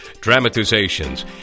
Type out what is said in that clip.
dramatizations